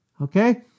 Okay